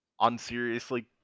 unseriously